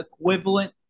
equivalent